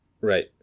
Right